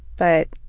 but